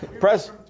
Press